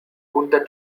punta